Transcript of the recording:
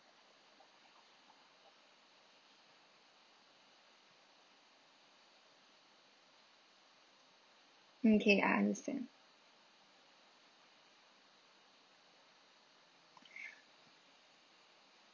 mm K I understand